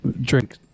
drink